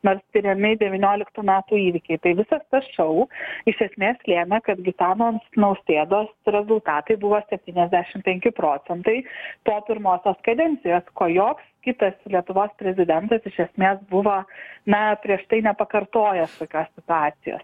nors tiriami devynioliktų metų įvykiai tai visas tas šou iš esmės lėmė kad gitano nausėdos rezultatai buvo septyniasdešim penki procentai po pirmosios kadencijos ko joks kitas lietuvos prezidentas iš esmės buvo na prieš tai nepakartojęs tokios situacijos